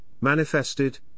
manifested